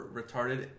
retarded